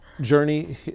Journey